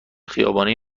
خیابانی